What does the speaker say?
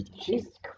Jesus